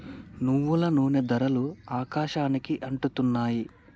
నువ్వుల నూనె ధరలు ఆకాశానికి అంటుతున్నాయి